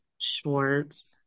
Schwartz